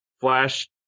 Flash